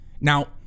Now